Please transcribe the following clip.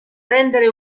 rendere